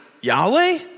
Yahweh